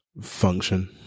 function